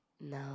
No